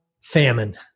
famine